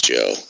Joe